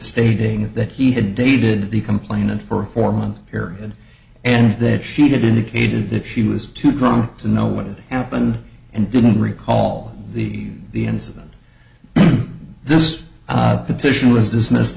stating that he had dated the complainant for a four month period and that she had indicated that she was too drunk to know what had happened and didn't recall the the incident this petition was dismissed